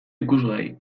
ikusgai